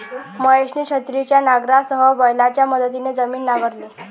महेशने छिन्नीच्या नांगरासह बैलांच्या मदतीने जमीन नांगरली